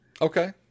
Okay